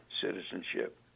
citizenship